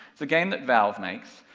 it's a game that valve makes,